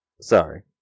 Sorry